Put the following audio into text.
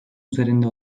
üzerinde